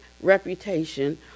reputation